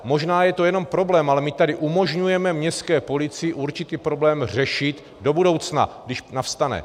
Možná je to jenom problém, ale my tady umožňujeme městské policii určitý problém řešit do budoucna, když nastane.